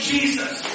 Jesus